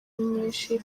nyinshi